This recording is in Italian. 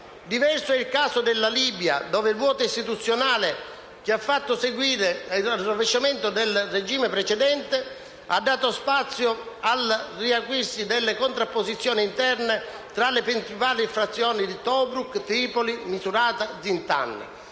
interna alla Libia, ove il vuoto istituzionale che ha fatto seguito al rovesciamento del regime precedente, ha dato spazio al riacuirsi delle contrapposizioni interne tra le principali fazioni di Tobruk, Tripoli, Misurata e Zintan,